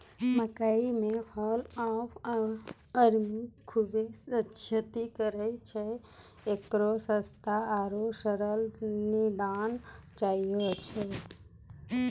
मकई मे fall of army खूबे क्षति करेय छैय, इकरो सस्ता आरु सरल निदान चाहियो छैय?